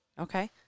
Okay